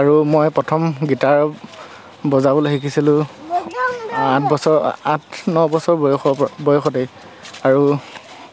আৰু মই প্ৰথম গীটাৰ বজাবলৈ শিকিছিলোঁ আঠ বছৰ আঠ ন বছৰ বয়সৰ বয়সতেই আৰু